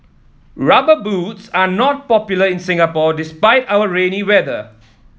rubber boots are not popular in Singapore despite our rainy weather